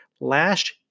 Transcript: last